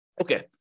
Okay